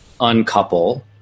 uncouple